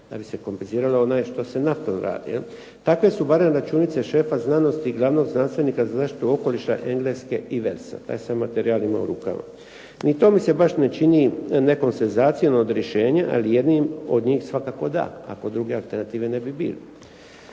da bi se kompenziralo .../Govornik se ne razumije./... Takve su barem računice šefa znanosti i glavnog znanstvenika za zaštitu okoliša Engleska Inversa. Taj sam materijal imao u rukama. Ni to mi se baš ne čini nekom senzacijom od rješenja ali jednim od njih svakako da ako druge alternative ne bi bilo.